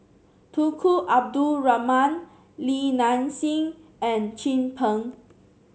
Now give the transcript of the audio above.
Tunku Abdul Rahman Li Nanxing and Chin Peng